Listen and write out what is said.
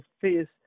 face